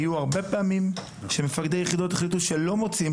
היו הרבה פעמים שמפקדי יחידות החליטו שלא מוציאים